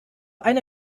eine